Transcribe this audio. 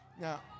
Now